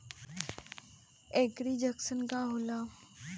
एगरी junction का होला?